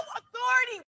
authority